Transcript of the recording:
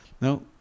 No